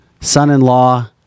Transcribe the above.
son-in-law